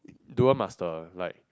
dual master like